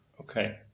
okay